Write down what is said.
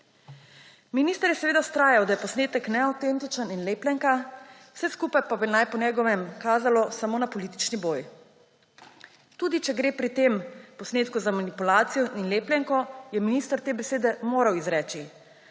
Minister je seveda vztrajal, da je posnetek neavtentičen in lepljenka, vse skupaj pa naj bi po njegovem kazalo samo na politični boj. Tudi če gre pri tem posnetku za manipulacijo in lepljenko, je minister te besede moral izreči.